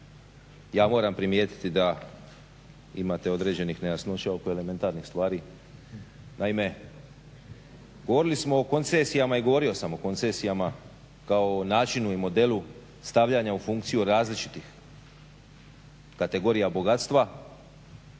ja moram primijetiti da imate određenih nejasnoća oko elementarnih stvari. Naime, govorili smo o koncesijama i govorio sam o koncesijama kao o načinu i modelu stavljanja u funkciju različitih kategorija bogatstva